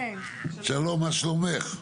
שלום מה שלומך?